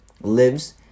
lives